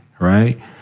right